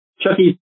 Chucky